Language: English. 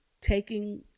taking